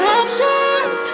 options